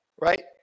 right